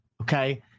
okay